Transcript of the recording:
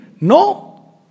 No